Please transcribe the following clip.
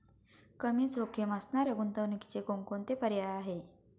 कमी जोखीम असणाऱ्या गुंतवणुकीचे कोणकोणते पर्याय आहे?